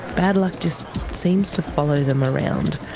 bad luck just seems to follow them around.